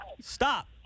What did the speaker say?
stop